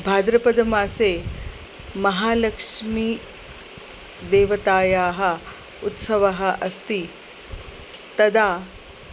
भाद्रपदमासे महालक्ष्मीदेवतायाः उत्सवः अस्ति तदा